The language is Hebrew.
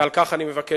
ועל כך אני מבקש,